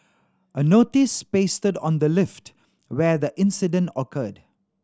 a notice pasted on the lift where the incident occurred